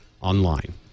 online